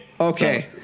Okay